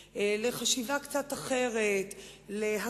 היום,